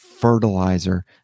fertilizer